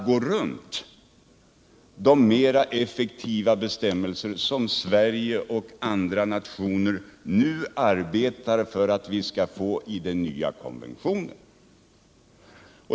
Därför arbetar Sverige och andra nationer nu på att vi skall få mera effektiva bestämmelser i den nya konventionen.